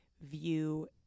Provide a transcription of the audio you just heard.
view